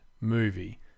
movie